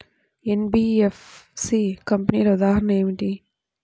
NBFC కంపెనీల ఉదాహరణ ఏమిటి?